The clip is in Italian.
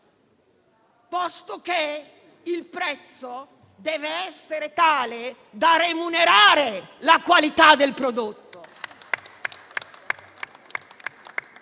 posto che il prezzo deve essere tale da remunerare la qualità del prodotto.